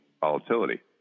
volatility